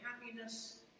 happiness